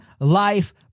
life